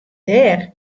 dêr